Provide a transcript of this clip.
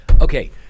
Okay